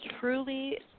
truly